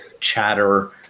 chatter